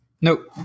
Nope